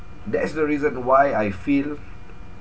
that's the reason why I feel